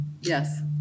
yes